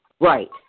Right